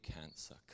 cancer